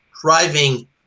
driving